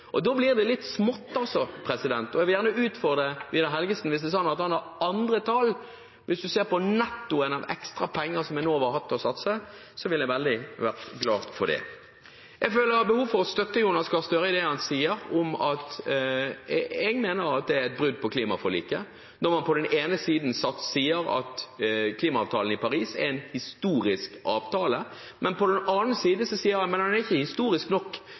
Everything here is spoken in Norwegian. til. Da blir det litt smått. Jeg vil gjerne utfordre Vidar Helgesen, hvis det er slik at han har andre tall. Når det gjelder nettoen av de ekstra pengene som Enova har hatt til å satse, ville jeg vært veldig glad for at han ser på det. Jeg føler behov for å støtte Jonas Gahr Støre i det han sier. Jeg mener det er et brudd på klimaforliket når man på den ene siden sier at klimaavtalen i Paris er en historisk avtale, mens man på den andre siden sier at den er ikke historisk nok